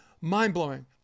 Mind-blowing